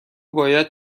باید